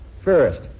First